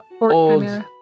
Old